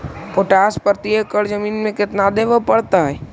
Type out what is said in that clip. Potash प्रति एकड़ जमीन में केतना देबे पड़तै?